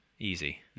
Easy